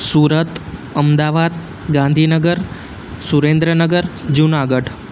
Surat Ahmedabad Gandhinagar Surendranagar Junagadh